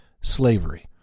slavery